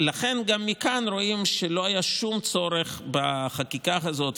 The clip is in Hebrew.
מכאן רואים שלא היה שום צורך בחקיקה הזאת,